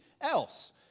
else